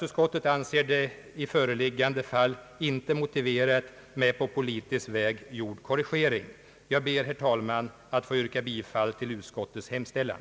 Utskottet anser det i föreliggande fall inte motiverat med en på politisk väg gjord korrigering. Jag ber, herr talman, att få yrka bifall till utskottets hemställan.